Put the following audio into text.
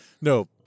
no